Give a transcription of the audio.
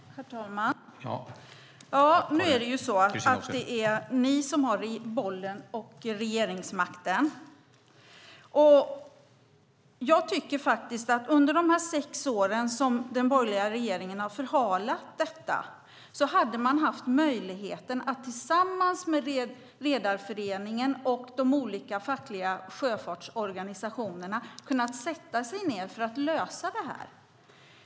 Herr talman! Nu är det ju så att det är ni som har bollen och regeringsmakten. Under de sex år som den borgerliga regeringen har förhalat detta hade man haft möjlighet att tillsammans med Redareföreningen och de olika fackliga sjöfartsorganisationerna sätta sig ned för att lösa detta.